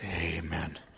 Amen